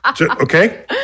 Okay